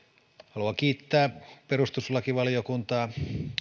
haluan kiittää perustuslakivaliokuntaa